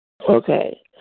Okay